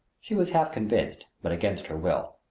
she was half-convinced, but against her will.